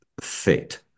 fit